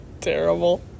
terrible